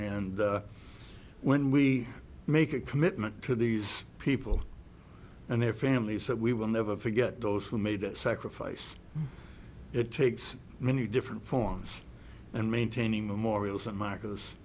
and when we make a commitment to these people and their families that we will never forget those who made that sacrifice it takes many different forms and maintaining memorials a